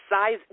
size